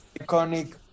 iconic